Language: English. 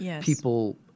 people